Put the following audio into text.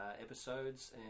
episodes